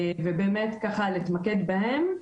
ונתמקד בהם.